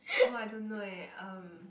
oh I don't know eh um